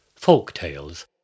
folktales